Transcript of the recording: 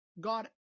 God